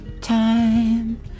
time